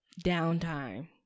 downtime